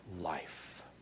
life